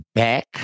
back